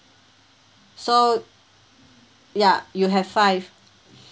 so ya you have five